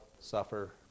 suffer